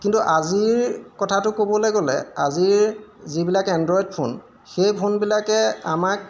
কিন্তু আজিৰ কথাটো ক'বলৈ গ'লে আজিৰ যিবিলাক এণ্ড্ৰইড ফোন সেই ফোনবিলাকে আমাক